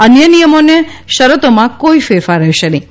અન્ય નિયમોને શરતોમાં કોઇ ફેરફાર રહેશે નહિં